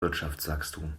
wirtschaftswachstum